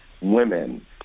women